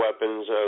weapons